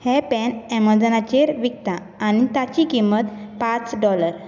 हें पेन ऍमेझॉनाचेर विकता आनी ताची किंमत पांच डॉलर